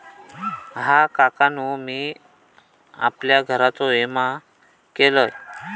हा, काकानु मी आपल्या घराचो विमा केलंय